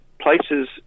places